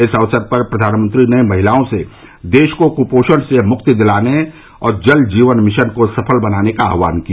इस अवसर पर प्रधानमंत्री ने महिलाओं से देश को क्पोषण से मुक्ति दिलाने और जल जीवन मिशन को सफल बनाने का आह्वान किया